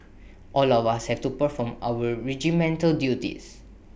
all of us have to perform our regimental duties